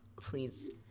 Please